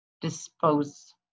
dispose